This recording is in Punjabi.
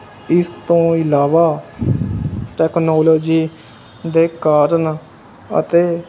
ਇਸ ਤੋਂ ਇਲਾਵਾ ਟੈਕਨੋਲੋਜੀ ਦੇ ਕਾਰਨ ਅਤੇ